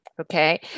Okay